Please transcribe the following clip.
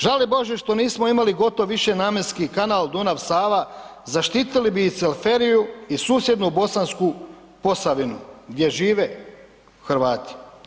Žali Bože što nismo imali gotov višenamjenski kanal Dunav – Sava zaštitili bi i … [[ne razumije se]] i susjednu Bosansku Posavinu gdje žive Hrvati.